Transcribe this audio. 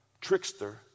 trickster